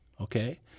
Okay